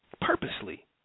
purposely